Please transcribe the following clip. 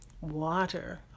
Water